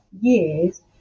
years